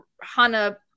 Hana